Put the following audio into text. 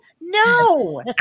No